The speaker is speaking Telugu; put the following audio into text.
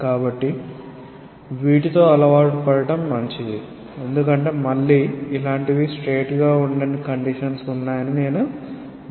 కాబట్టి వీటితో అలవాటు పడటం మంచిది ఎందుకంటే మళ్ళీ ఇలాంటివి సూటిగా ఉండని కండిషన్స్ ఉన్నాయని నేను మీకు చెప్తున్నాను